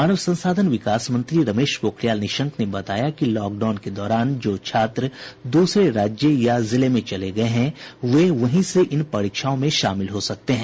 मानव संसाधन विकास मंत्री रमेश पोखरियाल निशंक ने बताया है कि लॉकडाउन के दौरान जो छात्र दूसरे राज्य या जिले में चले गए हैं वे वहीं से इन परीक्षाओं में शामिल हो सकते हैं